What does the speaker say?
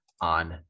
on